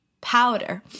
powder